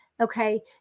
okay